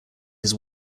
his